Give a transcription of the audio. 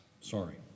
Sorry